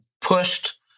pushed